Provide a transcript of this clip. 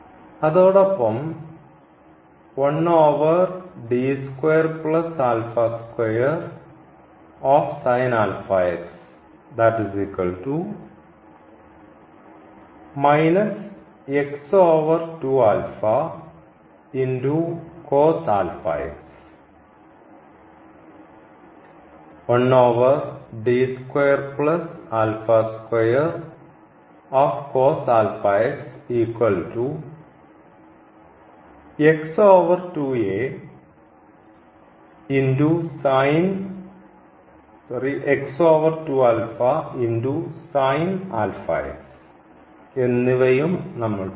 അതോടൊപ്പം എന്നിവയും നമ്മൾ പഠിച്ചു